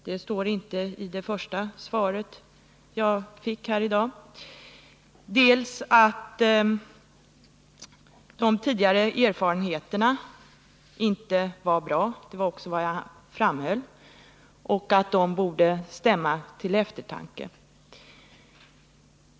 Detta står inte i det första svaret som jag fick här i dag. De tidigare erfarenheterna var inte bra — det var också vad jag framhöll — och borde stämma till eftertanke.